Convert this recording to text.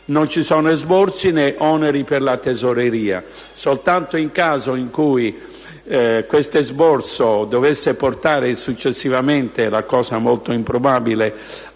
Non ci sono esborsi, né oneri per la Tesoreria: